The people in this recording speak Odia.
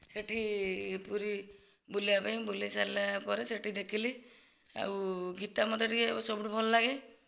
ସେଠି ପୁରୀ ବୁଲିବା ପାଇଁ ବୁଲିସାରିଲା ପରେ ସେଠି ଦେଖିଲି ଆଉ ଗୀତା ମୋତେ ଟିକେ ସବୁଠୁ ଭଲ ଲାଗେ